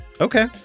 Okay